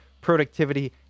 productivity